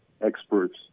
experts